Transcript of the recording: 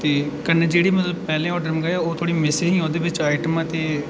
ते कन्नै मतलब जेह्ड़े पैह्ले आर्डर मंगाया ओह् थोह्ड़ी मिस ही ओह्दे बिच आइटमां ते